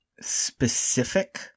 specific